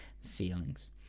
feelings